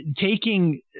taking